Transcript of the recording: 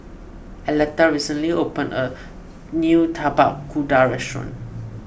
Aleta recently opened a new Tapak Kuda restaurant